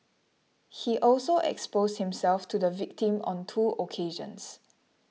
he also exposed himself to the victim on two occasions